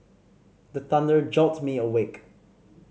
the thunder jolt me awake